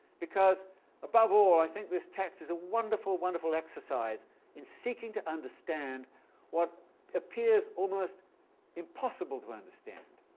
because above all i think this text is a wonderful, wonderful exercise in seeking to understand what appears almost impossible to understand.